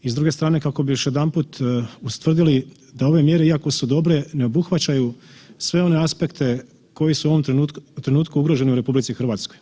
I s druge strane kako bi još jedanput ustvrdili, da ove mjere, iako su dobre, ne obuhvaćaju sve one aspekte koji su u ovom trenutku ugrožene u RH.